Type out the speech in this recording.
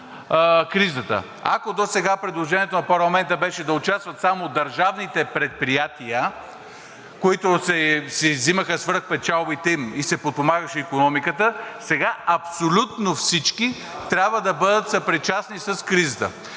Ако досега предложението на парламента беше да участват само държавните предприятия, на които им се взимаха свръхпечалбите и се подпомагаше икономиката, сега абсолютно всички трябва да бъдат съпричастни с кризата